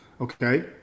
okay